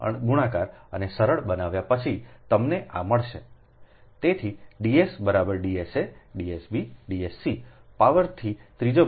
તેથી Ds બરાબર D s a D s b D s c પાવરથી ત્રીજા ભાગ જેટલો છે